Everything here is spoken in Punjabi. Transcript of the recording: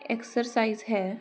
ਐਕਸਰਸਾਈਜ ਹੈ